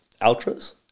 Ultras